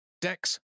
Dex